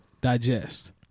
digest